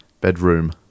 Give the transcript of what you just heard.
Bedroom